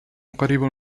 قريب